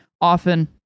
Often